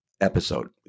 episode